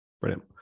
Brilliant